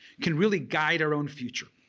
can really guide our own future.